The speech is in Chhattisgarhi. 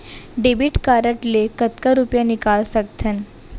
डेबिट कारड ले कतका रुपिया निकाल सकथन?